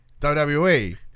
WWE